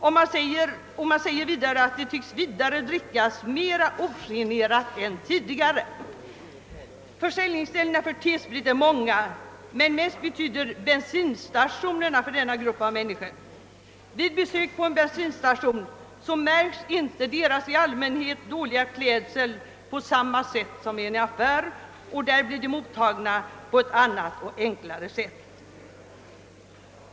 Det verkar vidare som om man dricker mera ogenerat än tidigare. Försäljningsställena för T-sprit är många, men mest betyder bensinstationerna för denna grupp av människor. Vid besök på en bensinstation märks inte deras i allmänhet dåliga klädsel på samma sätt som i en affär, och där blir de mottagna på ett annat och enklare sätt.